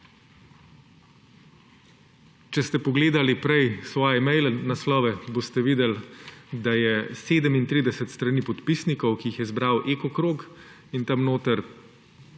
Če ste pogledali prej svoje e-mail naslove, boste videli, da je 37 strani podpisnikov, ki jih je zbral Eko krog, notri